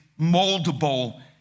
moldable